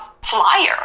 flyer